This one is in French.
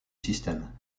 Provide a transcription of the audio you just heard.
système